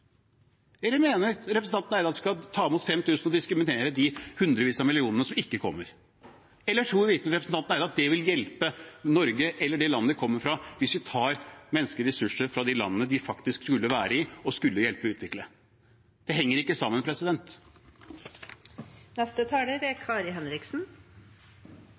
Eller mener representanten Eide at vi skal ta imot 5 000 og diskriminere de hundrevis av millionene som ikke kommer? Eller tror virkelig representanten Eide at det vil hjelpe Norge, eller det landet de kommer fra, hvis vi tar menneskelige ressurser fra de landene de faktisk skulle være i og hjelpe med å utvikle? Det henger ikke sammen.